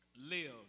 Live